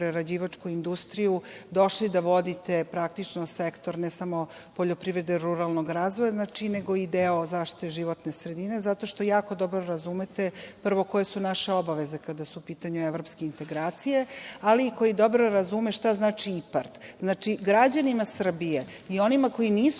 prerađivačku industriju, došli da vodite praktično sektor ne samo poljoprivrede i ruralnog razvoja, nego i deo zaštite životne sredine, zato što jako dobro razumete prvo, koje su naše obaveze kada su u pitanju evropske integracije, ali i koji dobro razume šta znači IPARD.Znači, građanima Srbije i onima koji nisu